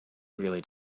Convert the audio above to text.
really